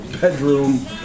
bedroom